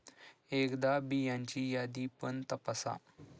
एकदा बियांची यादी पण तपासा